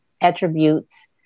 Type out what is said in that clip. attributes